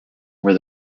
were